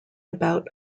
about